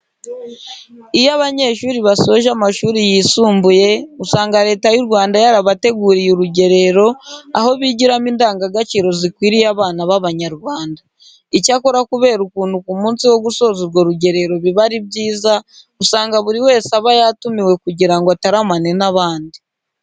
Iyo abanyeshuri basoje amashuri yisumbuye usanga Leta y'u Rwanda yarabateguriye urugerero, aho bigiramo indangagaciro zikwiriye abana b'Abanyarwanda. Icyakora kubera ukuntu ku munsi wo gusoza urwo rugerero biba ari byiza, usanga buri wese aba yatumiwe kugira ngo ataramane n'abandi.